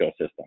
ecosystem